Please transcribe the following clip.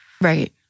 right